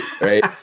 right